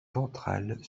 ventrale